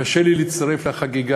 קשה לי להצטרף לחגיגה,